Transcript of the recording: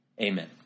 Amen